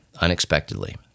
unexpectedly